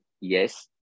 yes